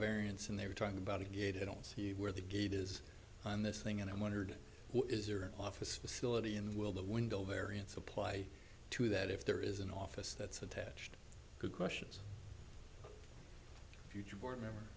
variance and they were talking about a gate i don't see where the gate is on this thing and i wondered is your office facility and will the window variance apply to that if there is an office that's attached to questions future board member